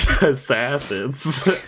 assassins